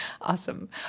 Awesome